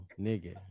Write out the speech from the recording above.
nigga